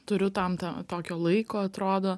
turiu tam tą tokio laiko atrodo